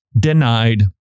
Denied